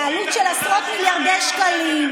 בעלות של עשרות מיליארדי שקלים,